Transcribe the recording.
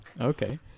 Okay